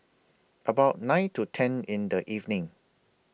about nine to ten in The evening